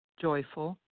joyful